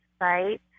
right